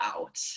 out